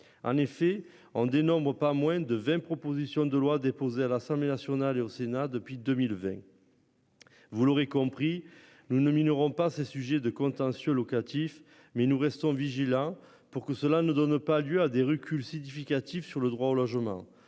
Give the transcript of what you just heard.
en effet en dénombre pas moins de 20, proposition de loi déposée à l'Assemblée nationale et au Sénat depuis 2020. Vous l'aurez compris, nous ne m'ils n'auront pas ces sujets de contentieux locatif mais nous restons vigilants pour que cela ne donne pas lieu à des reculs significatifs sur le droit au logement.